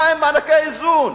מה עם מענקי האיזון?